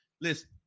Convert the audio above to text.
Listen